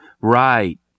Right